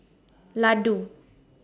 Ladoo